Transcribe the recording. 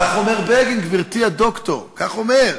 כך אומר בגין, גברתי הדוקטור, כך אומר,